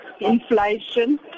inflation